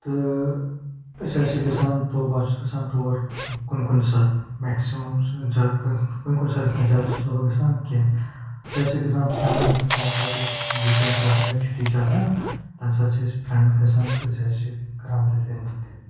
تہٕ أسۍ حظ چھِ گژھان تور بہٕ حظ چھُس گژھان تور کُنہِ کُنہِ ساتہٕ میکسِمَم چھِنہٕ زیادٕ کُنہِ کُنہِ ساتہٕ گژھان جادٕ چھُس نہٕ بہٕ گژھان کینٛہہ أسۍ حظ چھِ گژھان فرٛینڈٕز کُنہِ ساتہٕ ییٚمہِ ساتہٕ أسۍ وِیٖکینٛڈ چھِ آسان یا چھُٹی چھِ آسان تَمہِ ساتہٕ چھِ أسۍ فرٛینٛڈ گژھان تہٕ أسۍ حظ چھِ کَران تَتہِ اینٹَرٹین